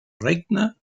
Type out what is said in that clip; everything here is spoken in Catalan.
regne